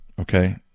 Okay